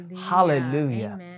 Hallelujah